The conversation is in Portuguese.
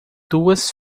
duas